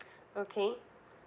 okay